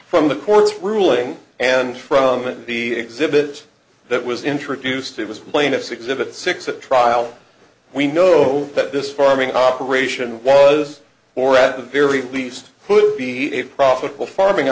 from the court's ruling and from an exhibit that was introduced it was plaintiff's exhibit six a trial we know that this farming operation was or at the very least be a profitable farming